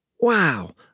wow